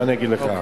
מה אני אגיד לך?